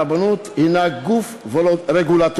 הרבנות הנה גוף רגולטורי,